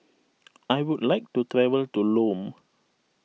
I would like to travel to Lome